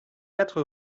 quatre